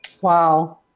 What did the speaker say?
Wow